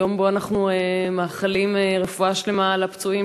יום שבו אנחנו מאחלים רפואה שלמה לפצועים